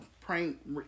prank